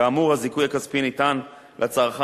כאמור, הזיכוי הכספי ניתן לצרכן